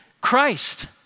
Christ